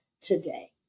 today